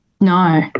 No